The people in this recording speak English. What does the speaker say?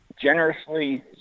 generously